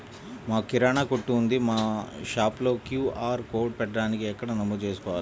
మాకు కిరాణా కొట్టు ఉంది మా షాప్లో క్యూ.ఆర్ కోడ్ పెట్టడానికి ఎక్కడ నమోదు చేసుకోవాలీ?